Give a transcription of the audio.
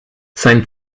sein